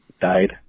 died